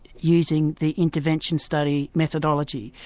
using the intervention study methodology.